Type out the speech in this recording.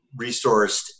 resourced